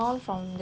is like